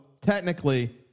technically